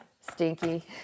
stinky